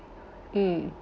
mm